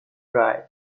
dried